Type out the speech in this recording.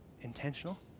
intentional